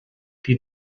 die